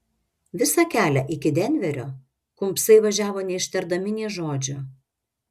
visą kelią iki denverio kumbsai važiavo neištardami nė žodžio